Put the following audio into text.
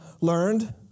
learned